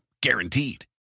Guaranteed